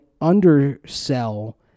undersell